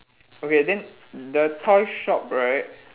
okay then the toy shop right